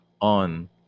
on